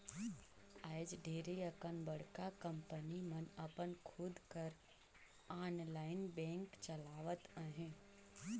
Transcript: आएज ढेरे अकन बड़का कंपनी मन अपन खुद कर आनलाईन बेंक चलावत अहें